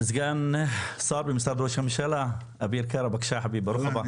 סגן שר במשרד ראש הממשלה אביר קארה, ברוך הבא.